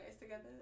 together